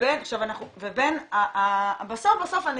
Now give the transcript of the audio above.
לבין בסוף הנתונים.